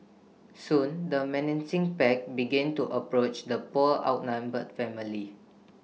soon the menacing pack began to approach the poor outnumbered family